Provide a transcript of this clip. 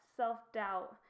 self-doubt